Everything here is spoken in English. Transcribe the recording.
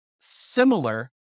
similar